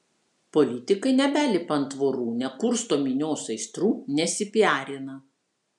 politikai nebelipa ant tvorų nekursto minios aistrų nesipiarina